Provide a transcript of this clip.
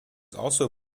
also